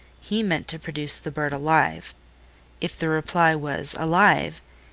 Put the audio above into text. he meant to produce the bird alive if the reply was alive,